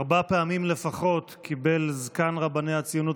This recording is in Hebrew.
ארבע פעמים לפחות קיבל זקן רבני הציונות